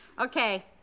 okay